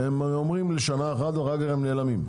שהם אומרים לשנה אחת ואחר כך נעלמים.